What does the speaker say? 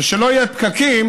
ושלא יהיו פקקים,